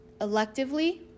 electively